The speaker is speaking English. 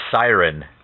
Siren